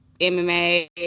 MMA